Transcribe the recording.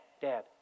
dad